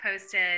posted